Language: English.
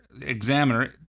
examiner